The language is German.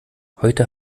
heute